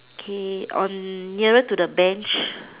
okay on nearer to the bench